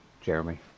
Jeremy